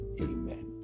amen